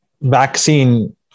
vaccine